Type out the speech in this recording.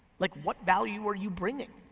like what value are you bringing?